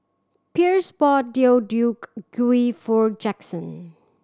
Pierce bought Deodeok Gui for Jackson